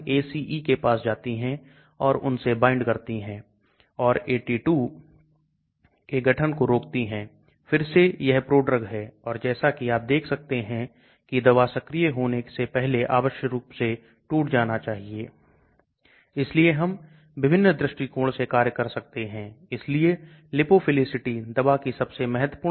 घुलनशील कंपाउंड और ठोस कंपाउंड के बीच में संतुलन नहीं होता है इसे गतिज घुलनशीलता कहा जाता है इसका मतलब है आप इसे पूरी तरह से घोल देते हैं और फिर आप इसे दूसरे विलायक में ले जा रहे हैं इसलिए घुलनशीलता बदल जाती है